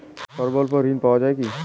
স্বল্প ঋণ পাওয়া য়ায় কি?